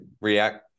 react